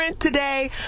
today